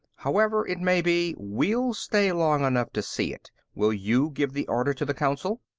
however it may be, we'll stay long enough to see it. will you give the order to the council?